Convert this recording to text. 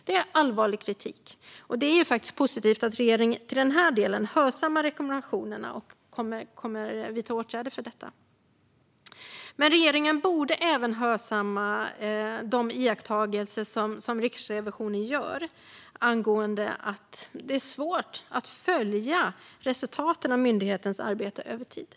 Detta är allvarlig kritik, och det är positivt att regeringen i denna del hörsammar rekommendationerna och kommer att vidta åtgärder. Men regeringen borde även hörsamma Riksrevisionens iakttagelser om att det är svårt att följa resultaten av myndighetens arbete över tid.